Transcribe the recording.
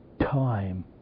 time